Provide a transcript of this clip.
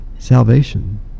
salvation